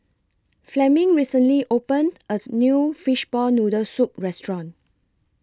Fleming recently opened A New Fishball Noodle Soup Restaurant